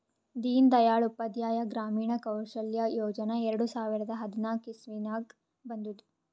ದೀನ್ ದಯಾಳ್ ಉಪಾಧ್ಯಾಯ ಗ್ರಾಮೀಣ ಕೌಶಲ್ಯ ಯೋಜನಾ ಎರಡು ಸಾವಿರದ ಹದ್ನಾಕ್ ಇಸ್ವಿನಾಗ್ ಬಂದುದ್